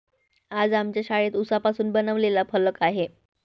आज आमच्या शाळेत उसापासून बनवलेला फलक आहे